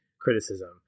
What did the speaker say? criticism